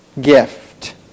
gift